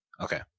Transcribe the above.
Okay